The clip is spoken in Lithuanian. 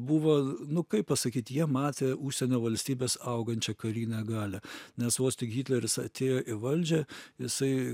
buvo nu kaip pasakyt jie matė užsienio valstybės augančią karinę galią nes vos tik hitleris atėjo į valdžią jisai